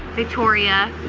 victoria,